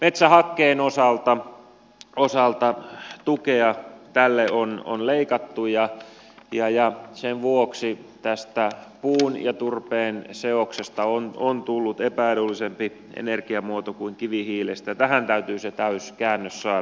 metsähakkeen osalta tukea on leikattu ja sen vuoksi tästä puun ja turpeen seoksesta on tullut epäedullisempi energiamuoto kuin kivihiilestä ja tähän täytyy se täyskäännös saada